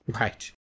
Right